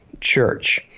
church